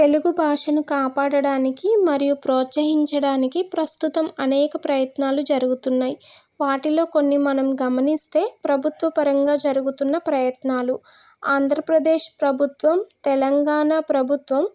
తెలుగు భాషను కాపాడడానికి మరియు ప్రోత్సహించడానికి ప్రస్తుతం అనేక ప్రయత్నాలు జరుగుతున్నాయి వాటిలో కొన్ని మనం గమనిస్తే ప్రభుత్వ పరంగా జరుగుతున్న ప్రయత్నాలు ఆంధ్రప్రదేశ్ ప్రభుత్వం తెలంగాణ ప్రభుత్వం